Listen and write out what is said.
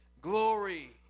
glory